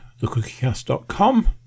thecookiecast.com